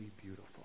beautiful